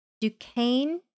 Duquesne